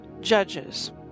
judges